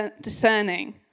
discerning